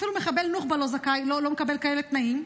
אפילו מחבל נוח'בה לא מקבל כאלה תנאים.